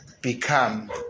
become